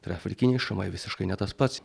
ir afrikiniai šamai visiškai ne tas pats